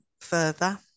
further